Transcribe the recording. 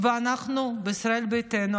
ואנחנו בישראל ביתנו,